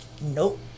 Nope